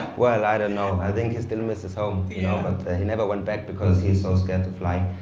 well, i don't know, i think he still misses home. but you know and and he never went back because he's so scared to fly.